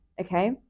okay